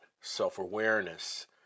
self-awareness